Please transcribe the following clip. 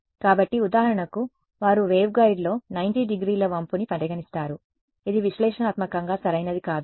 కాబట్టి ఉదాహరణకు వారు వేవ్గైడ్లో 90 డిగ్రీల వంపుని పరిగణిస్తారు ఇది విశ్లేషణాత్మకంగా సరైనది కాదు